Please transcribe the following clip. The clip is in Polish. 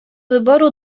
wyboru